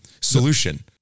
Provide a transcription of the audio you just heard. solution